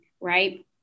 Right